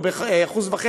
או ב-1.5%,